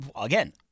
Again